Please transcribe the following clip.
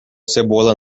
cebola